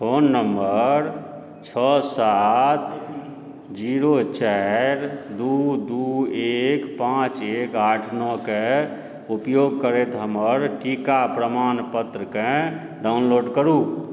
phone number छओ सात zero चारि दू दू एक पांँच एक आठ नओ के उपयोग करैत हमर टीका प्रमाणपत्रकेँ डाउनलोड करु